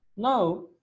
Now